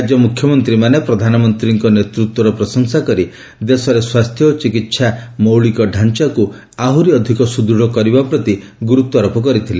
ରାଜ୍ୟ ମୁଖ୍ୟମନ୍ତ୍ରୀମାନେ ପ୍ରଧାନମନ୍ତ୍ରୀଙ୍କ ନେତୃତ୍ୱର ପ୍ରଶଂସା କରି ଦେଶରେ ସ୍ୱାସ୍ଥ୍ୟ ଓ ଚିକିତ୍ସା ମୌଳିକ ଡ଼ାଞ୍ଚାକୁ ଆହୁରି ଅଧିକ ସୁଦୃତ୍ କରିବା ପ୍ରତି ଗୁରୁତ୍ୱାରୋପ କରିଥିଲେ